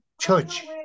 church